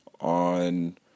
on